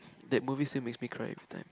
that movie still makes me cry every time